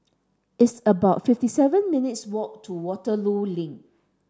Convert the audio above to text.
it's about fifty seven minutes' walk to Waterloo Link